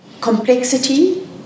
complexity